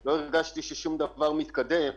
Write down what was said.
לא הרגשתי ששום דבר מתקדם.